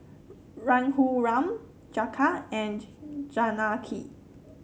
Raghuram Jagat and Janaki